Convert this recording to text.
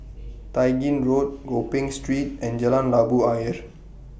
Tai Gin Road Gopeng Street and Jalan Labu Ayer